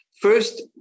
First